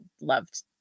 loved